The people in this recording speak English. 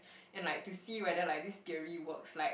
and like to see whether like this theory works like